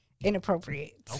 inappropriate